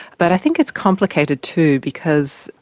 but i think it's complicated, too, because,